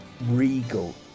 regal